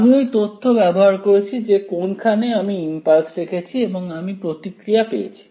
আমি ওই তথ্য ব্যবহার করেছি যে কোনখানে আমি ইমপালস রেখেছি এবং আমি প্রতিক্রিয়া পেয়েছি